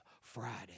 Friday